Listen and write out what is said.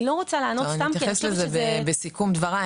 אני לא רוצה לענות סתם כי אני חושבת שזה --- אתייחס לזה בסיכום דבריי,